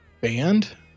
band